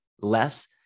less